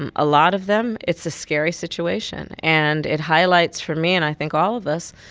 and a lot of them, it's a scary situation. and it highlights for me, and i think all of us,